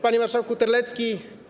Panie Marszałku Terlecki!